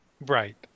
Right